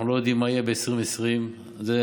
אנחנו לא יודעים מה יהיה ב-2020, אז זה